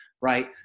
right